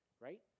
Right